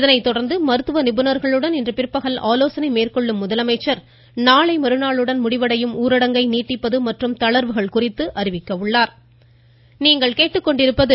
இதனைத்தொடர்ந்து மருத்துவ நிபுணர்களுடன் இன்று பிற்பகல் ஆலோசனை மேற்கொள்ளும் முதலமைச்சர் நாளை மறுநாளுடன் முடிவடையும் ஊரடங்கை நீட்டிப்பது மற்றும் தளர்வுகள் குறித்து அறிவிப்பார் எனத் தெரிகிறது